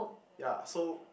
ya so